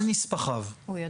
על נספחיו.